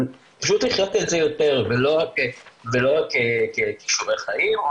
פשוט לחיות את זה יותר ולא רק ככישורי חיים,